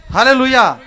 Hallelujah